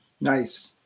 Nice